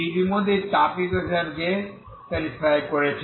এটি ইতিমধ্যেই তাপ ইকুয়েশন কে স্যাটিসফাই করে